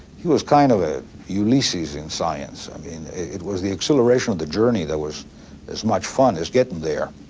he was kind of a ulysses in science. i mean, it was the exhilaration of the journey that was as much fun as getting there.